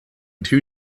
two